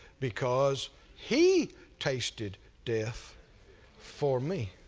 because he tasted death for me.